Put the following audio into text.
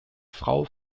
frau